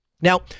Now